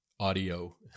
audio